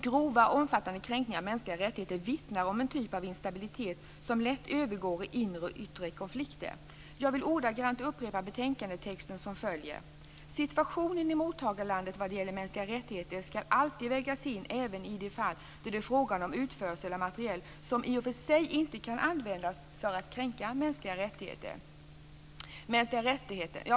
Grova och omfattande kränkningar av mänskliga rättigheter vittnar om en typ av instabilitet som lätt övergår i inre och yttre konflikter. Jag vill ordagrant upprepa betänkandetexten som följer: "Situationen i mottagarlandet vad gäller mänskliga rättigheter skall alltid vägas in även i de fall då det är fråga om utförsel av materiel som i och för sig inte kan användas för att kränka mänskliga rättigheter."